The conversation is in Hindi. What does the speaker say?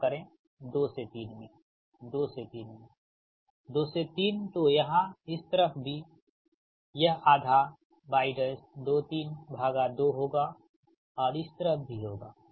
क्षमा करें 2 से 3 में 2 से 3 में 2 से 3 तो यहाँ इस तरफ भी यह आधा y232 होगा और इस तरफ भी होगा